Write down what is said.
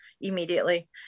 immediately